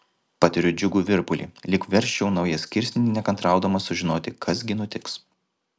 patiriu džiugų virpulį lyg versčiau naują skirsnį nekantraudama sužinoti kas gi nutiks